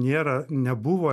nėra nebuvo